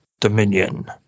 Dominion